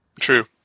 True